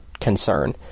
concern